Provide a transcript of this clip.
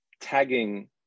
tagging